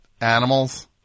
animals